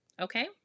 Okay